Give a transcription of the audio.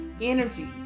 energy